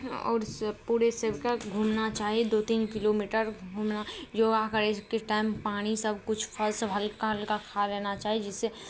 आओर सभ पुरे सभके घुमना चाही दू तीन किलोमीटर घुमना योगा करैके टाइम पानि सभकिछु फल सभ हल्का हल्का खा लेना चाही जिससे